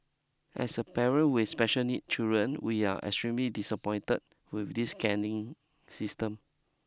as a parent with special needs children we are extremely disappointed with this scanning system